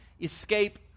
escape